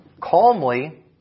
calmly